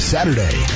Saturday